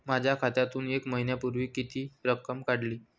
माझ्या खात्यातून एक महिन्यापूर्वी किती रक्कम काढली?